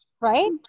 right